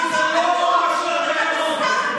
לא מתביישים.